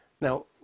Now